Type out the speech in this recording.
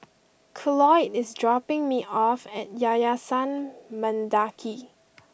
Cloyd is dropping me off at Yayasan Mendaki